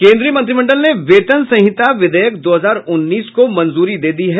केन्द्रीय मंत्रिमंडल ने वेतन संहिता विधेयक दो हजार उन्नीस को मंजूरी दे दी है